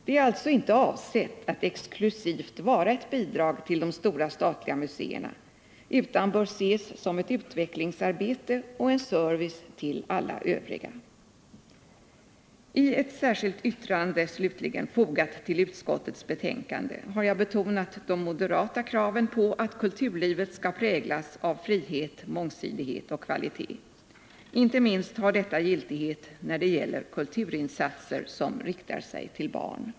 Det är alltså inte avsett att exklusivt vara ett bidrag till de stora statliga museerna, utan bör ses som ett utvecklingsarbete och en service till alla övriga. I ett särskilt yttrande slutligen, fögat till utskottets betänkande, har jag betonat de moderata kraven på att kulturlivet skall präglas av frihet, mångsidighet och kvalitet. Inte minst har detta giltighet när det gäller kulturinsatser som riktar sig till barn.